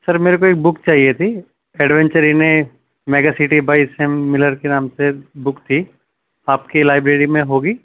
سر میرے کو ایک بک چاہیے تھی ایڈ ونچری میں میگا سٹی بائے سیمبلر کے نام سے بک تھی آپ کے لائبریری میں ہوگی